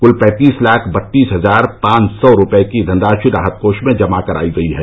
कुल पैंतीस लाख बत्तीस हजार पांच सौ रूपये की धनराशि राहत कोष में जमा करायी गयी है